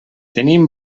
tenim